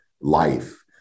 life